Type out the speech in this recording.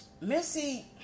Missy